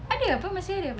ada apa masih ada apa